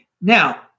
Now